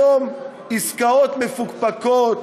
כיום עסקאות מפוקפקות,